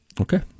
Okay